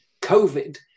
COVID